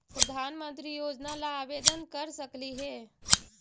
प्रधानमंत्री योजना ला आवेदन कर सकली हे?